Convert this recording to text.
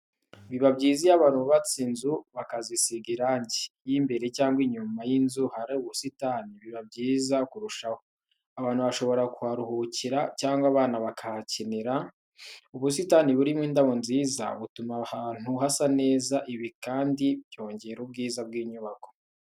Biba byiza iyo abantu bubatse inzu bakazisiga irangi, iyo imbere cyangwa inyuma y'inzu hari ubusitani biba byiza kurushaho. Abantu bashobora kuharuhukira cyangwa abana bakahakinira. Ubusitani burimo indabo nziza, butuma ahantu hasa neza. Ibi kandi byongera ubwiza bw'inyubako.